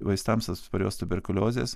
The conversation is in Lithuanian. vaistams atsparios tuberkuliozės